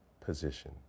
position